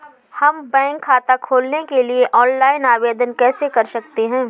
हम बैंक खाता खोलने के लिए ऑनलाइन आवेदन कैसे कर सकते हैं?